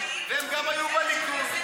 והם גם היו בליכוד.